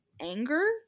anger